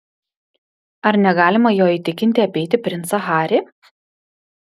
ar negalima jo įtikinti apeiti princą harį